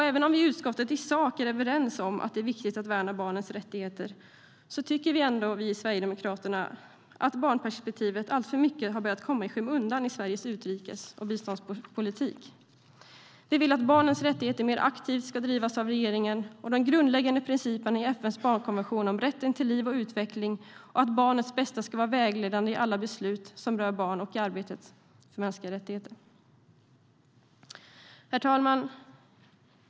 Även om vi i utskottet är överens i sak om att det är viktigt att värna barnens rättigheter tycker vi i Sverigedemokraterna att barnperspektivet alltför mycket har börjat komma i skymundan i Sveriges utrikes och biståndspolitik. Vi vill att barnens rättigheter mer aktivt ska drivas av regeringen och att de grundläggande principerna i FN:s barnkonvention om rätten till liv och utveckling samt barnets bästa ska vara vägledande i alla beslut som rör barn och i arbetet för mänskliga rättigheter. Herr talman!